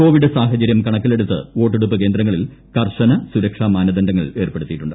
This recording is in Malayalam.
കോവിഡ് സാഹചര്യം കണക്കിലെടുത്ത് വോട്ടെടുപ്പ് കേന്ദ്രങ്ങളിൽ കർശന സുരക്ഷാ മാനദണ്ഡങ്ങൾ ഏർപ്പെടുത്തിയിട്ടുണ്ട്